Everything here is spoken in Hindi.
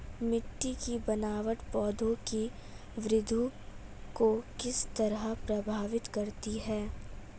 मिटटी की बनावट पौधों की वृद्धि को किस तरह प्रभावित करती है?